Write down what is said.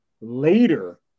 later